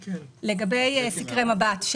לגבי סקרי מב"ת (מצב בריאות ותזונה)